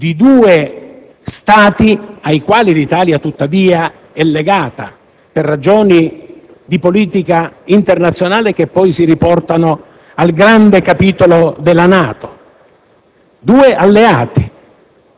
Vorrei limitarmi a ricordare che l'Italia è intervenuta in Iraq soltanto dopo la prima risoluzione dell'ONU; quindi è vero